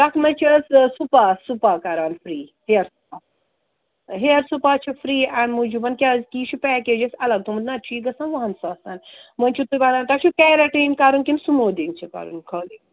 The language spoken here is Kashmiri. تَتھ منٛز چھِ أسۍ سُپا سُپا کَران free hair spa hair spa چھِ فرٛی اَمہِ موجوٗب کیٛازِکہِ یہِ چھُ پیکیج اَسہِ اَلگ تھوٚومُت نَتہٕ چھِ یہِ گژھان وُہَن ساسَن وۅنۍ چھُو تُہۍ وَنان تۄہہِ چھُو پیٚرَٹیٖن کَرُن کِنہٕ سُموٗدِنٛگ چھِ کَرٕنۍ خٲلی